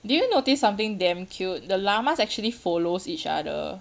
did you notice something damn cute the llamas actually follows each other